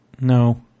No